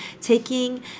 Taking